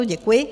Děkuji.